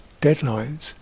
deadlines